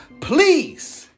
please